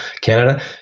Canada